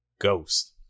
Ghost